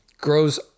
grows